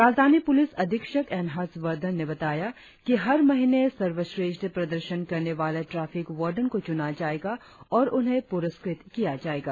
राजधानी पुलिस अधीक्षक एन हर्षवर्धन ने बताया कि हर महीने सर्वश्रेष्ठ प्रदर्शन करने वाले ट्रैफिक वार्डन को चूना जाएगा और उन्हें पुरस्कृत किया जाएगा